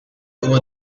over